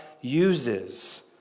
uses